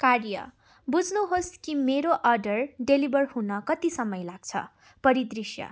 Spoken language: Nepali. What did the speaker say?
कार्य बुझ्नुहोस् कि मेरो अर्डर डेलिभर हुन कति समय लाग्छ परिदृष्य